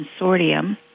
Consortium